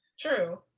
True